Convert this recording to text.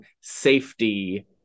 safety